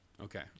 Okay